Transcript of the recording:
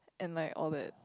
and like all that